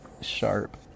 sharp